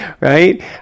right